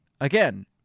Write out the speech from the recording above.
again